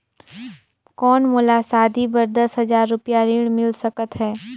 कौन मोला शादी बर दस हजार रुपिया ऋण मिल सकत है?